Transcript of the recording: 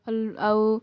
ଆଉ